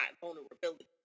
vulnerability